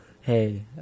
hey